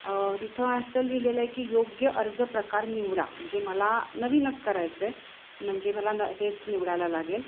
तिथं असं लिहिलेलं आहे की योग्य अर्ज प्रकार निवडा म्हणजे मला नवीनच करायचं आहे म्हणजे मला न हेच निवडायला लागेल